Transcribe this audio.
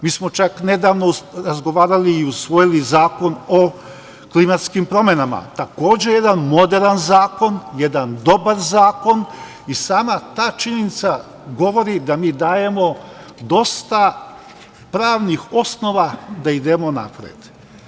Mi smo čak nedavno razgovarali i usvojili Zakon o klimatskim promenama, takođe jedan moderan zakon, jedan dobar zakon i sama ta činjenica govori da mi dajemo dosta pravnih osnova da idemo napred.